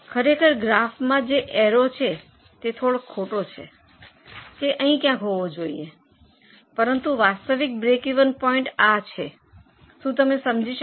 ખરેખર ગ્રાફમાં જે એરો તે થોડો ખોટો છે તે અહીં ક્યાંક હોવો જોઈએ પરંતુ વાસ્તવિક બ્રેકિવન પોઇન્ટ આ છે શું તમે સમજી શક્યા